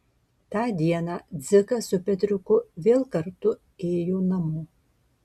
tą dieną dzikas su petriuku vėl kartu ėjo namo